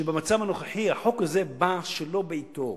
שבמצב הנוכחי החוק הזה בא שלא בעתו.